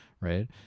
right